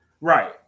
Right